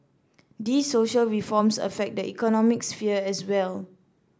these social reforms affect the economic sphere as well